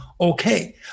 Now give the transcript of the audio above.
okay